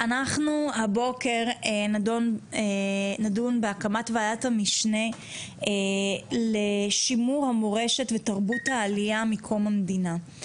הבוקר נדון בהקמת ועדת המשנה לשימור המורשת ותרבות העלייה מקום המדינה.